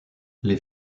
les